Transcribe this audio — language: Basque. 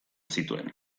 zituen